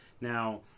Now